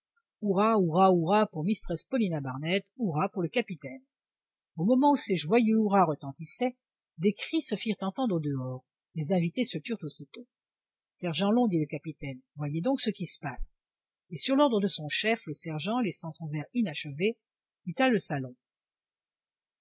mistress paulina barnett hurrah pour le capitaine au moment où ces joyeux hurrahs retentissaient des cris se firent entendre au dehors les invités se turent aussitôt sergent long dit le capitaine voyez donc ce qui se passe et sur l'ordre de son chef le sergent laissant son verre inachevé quitta le salon